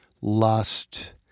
lust